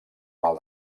mal